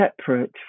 separate